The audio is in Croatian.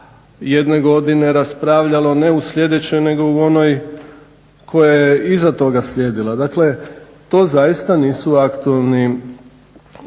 jedne godine raspravljalo ne u sljedećoj nego u onoj koja je iza toga slijedila. Dakle, to zaista nisu aktualni